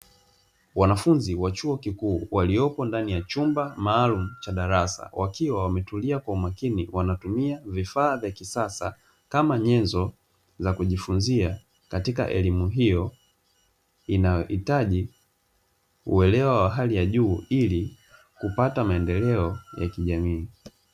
Wanafunzi wa chuo kikuu waliopo ndani ya chumba maalumu cha darasa, wakiwa wametulia kwa umakini wanatumia vifaa vya kisasa, kama nyenzo za kujifunza katika elimu hiyo inayohitaji uelewa wa hali ya juu ili kupata maendeleo ya kijamii.